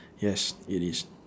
yes it is